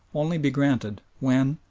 only be granted when,